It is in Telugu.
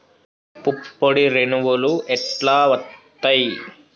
పుప్పొడి రేణువులు ఎట్లా వత్తయ్?